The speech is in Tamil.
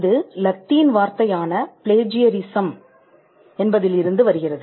இது லத்தீன் வார்த்தையான பிளேஜியரிஸ்ம் என்பதில் இருந்து வருகிறது